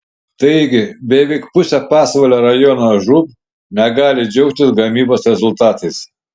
taigi beveik pusė pasvalio rajono žūb negali džiaugtis gamybos rezultatais